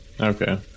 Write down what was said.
Okay